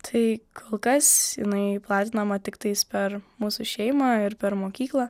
tai kol kas jinai platinama tiktais per mūsų šeimą ir per mokyklą